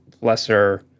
lesser